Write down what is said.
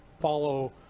follow